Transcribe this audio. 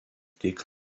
tik